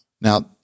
Now